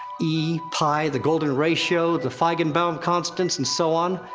e, p, the golden ratio, the feigenbaum constants, and so on.